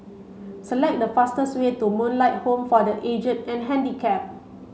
select the fastest way to Moonlight Home for the Aged and Handicapped